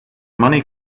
money